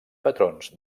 patrons